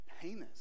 Heinous